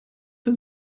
für